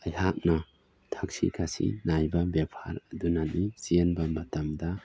ꯑꯩꯍꯥꯛꯅ ꯊꯛꯁꯤ ꯈꯥꯁꯤ ꯅꯥꯏꯕ ꯕꯦꯚꯥꯔ ꯑꯗꯨꯅꯅꯤ ꯆꯦꯟꯕ ꯃꯇꯝꯗ